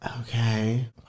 Okay